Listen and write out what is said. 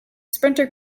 sprinter